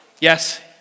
Yes